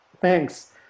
Thanks